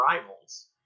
rivals